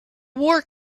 war